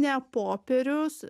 ne popierius